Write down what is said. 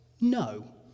no